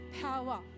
power